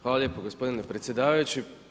Hvala lijepo gospodine predsjedavajući.